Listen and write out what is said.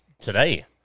today